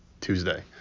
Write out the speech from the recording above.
Tuesday